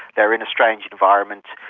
they are in a strange environment,